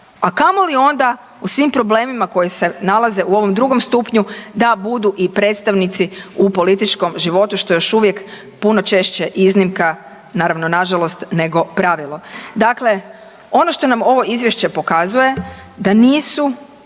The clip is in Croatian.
a kamoli onda u svim problemima koji se nalaze u ovom drugom stupnju da budu i predstavnici u političkom životu što je još uvijek puno češće iznimka naravno nažalost, nego pravilo. Dakle, ono što nam ovo izvješće pokazuje da nisu